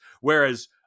whereas